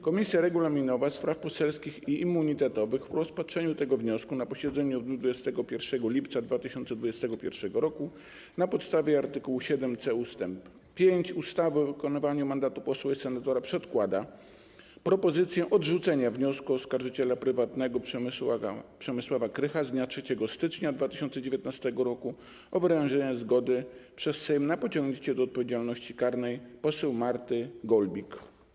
Komisja Regulaminowa, Spraw Poselskich i Immunitetowych, po rozpatrzeniu tego wniosku na posiedzeniu w dniu 21 lipca 2021 r., na podstawie art. 7c ust. 5 ustawy o wykonywaniu mandatu posła i senatora przedkłada propozycję odrzucenia wniosku oskarżyciela prywatnego Przemysława Krycha z dnia 3 stycznia 2019 r. o wyrażenie zgody przez Sejm na pociągnięcie do odpowiedzialności karnej poseł Marty Golbik.